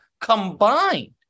combined